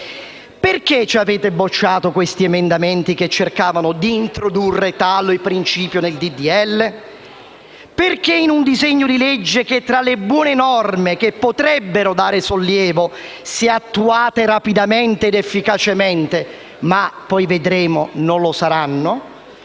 Perché avete bocciato questi emendamenti che cercavano di introdurre tale principio nel disegno di legge? Perché in un disegno di legge, che tra le buone norme che potrebbero dare sollievo - se attuate rapidamente, ma poi vedremo, che non lo saranno